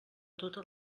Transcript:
tota